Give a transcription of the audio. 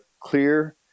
clear